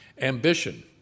Ambition